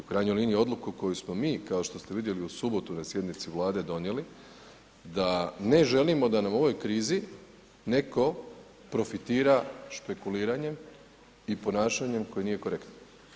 I u krajnjoj liniji odluku koju smo mi kao što ste vidjeli u subotu na sjednici Vlade donijeli, da ne želimo da nam u ovoj krizi netko profitira špekuliranjem i ponašanjem koje nije korektno.